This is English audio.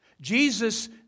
Jesus